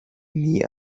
nie